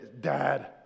Dad